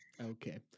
Okay